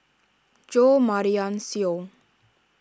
Jo Marion Seow